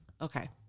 Okay